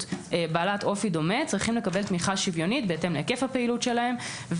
בעלת אופי דומה צריכים לקבל תמיכה שוויונית בהתאם להיקף הפעילות שלהם.